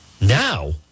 Now